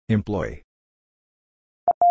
Employee